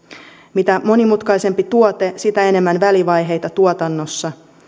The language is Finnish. mitä monimutkaisempi tuote sitä enemmän välivaiheita tuotannossa ja